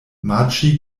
maĉi